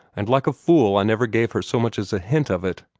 and like a fool i never gave her so much as a hint of it.